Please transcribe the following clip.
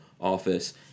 Office